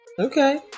Okay